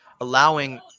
allowing